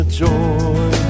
joy